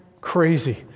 crazy